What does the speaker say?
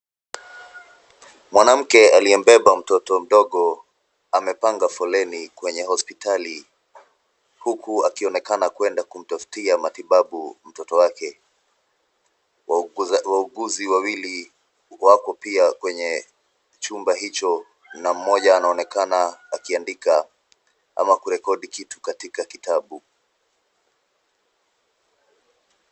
Mwanamke aliyebeba mtoto mdogo, amepanga foleni kwenye hospitali huku akionekana kwenda kumtafutia matibabu mtoto wake. Wauguzi wawili wako pia kwenye chumba hicho na mmoja anaonekana akiandika ama kurekodi kitu katika kitabu.